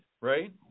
Right